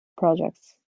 projects